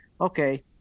okay